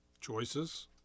Choices